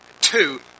two